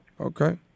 Okay